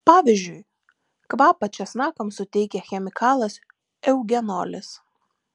pavyzdžiui kvapą česnakams suteikia chemikalas eugenolis